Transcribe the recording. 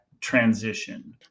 transition